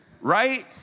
right